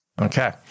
Okay